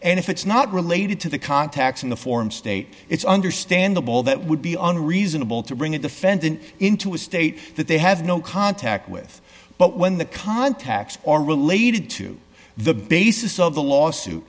and if it's not related to the contacts in the form state it's understandable that would be an reasonable to bring in the fenton into a state that they have no contact with but when the contacts are related to the basis of the lawsuit